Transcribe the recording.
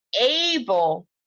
able